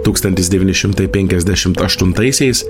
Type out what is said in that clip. tūkstantis devyni šimtai penkiasdešimt aštuntaisiais